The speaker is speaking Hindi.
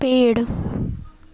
पेड़